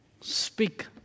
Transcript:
Speak